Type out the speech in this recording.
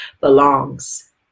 belongs